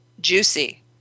juicy